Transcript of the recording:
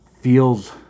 feels